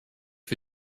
für